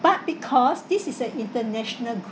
but because this is an international